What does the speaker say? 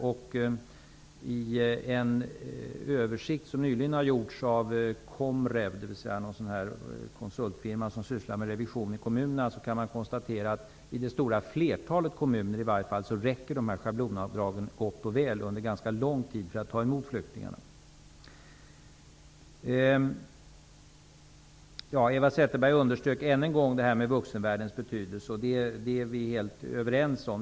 I en översikt som nyligen gjorts av Komrev, en konsultfirma som sysslar med revision i kommunerna, har man konstaterat att schablonbidragen i det stora flertalet kommuner gott och väl räcker för att under en ganska lång tid ta emot flyktingar. Eva Zetterberg underströk ännu en gång vuxenvärldens betydelse. Det är vi helt överens om.